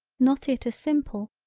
not it a simple,